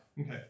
Okay